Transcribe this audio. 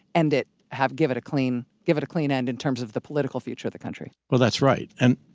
end it have give it a clean give it a clean end in terms of the political future of the country well, that's right. and,